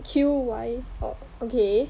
Q_Y oh okay